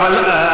לא, לא.